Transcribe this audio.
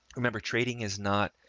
remember trading is not